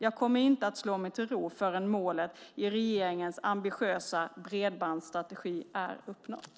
Jag kommer inte att slå mig till ro förrän målet i regeringens ambitiösa bredbandsstrategi är uppnått.